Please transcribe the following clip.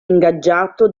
ingaggiato